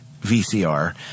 VCR